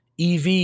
EV